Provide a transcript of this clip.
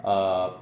err